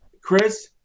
Chris